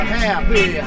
happy